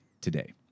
today